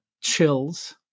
chills